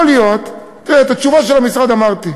את התשובה של המשרד אמרתי,